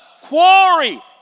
quarry